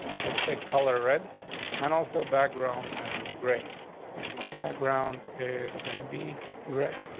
let's say color red and also background i don't know, great background is gonna be great.